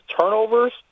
turnovers